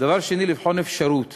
דבר שני, לבחון אפשרות